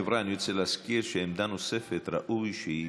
חבריא, אני רוצה להזכיר שעמדה נוספת, ראוי שהיא